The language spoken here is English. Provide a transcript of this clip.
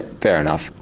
fair enough,